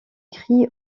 cri